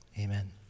amen